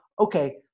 okay